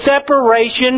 separation